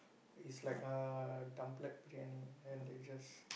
is like a briyani then they just